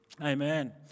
Amen